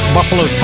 Buffalo